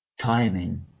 timing